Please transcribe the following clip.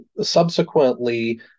subsequently